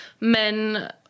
men